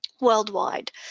worldwide